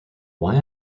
why